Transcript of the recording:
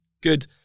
good